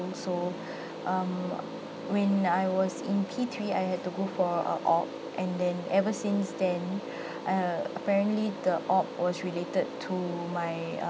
so um when I was in P three I had to go for a opt and then ever since then err apparently the opt was related to my um